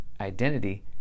identity